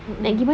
mmhmm